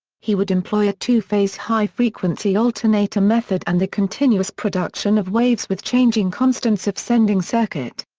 he would employ a two-phase high frequency alternator method and the continuous production of waves with changing constants of sending circuit.